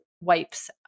wipes